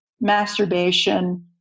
masturbation